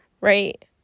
right